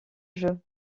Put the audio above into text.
jeux